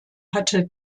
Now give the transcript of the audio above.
hatte